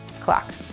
clock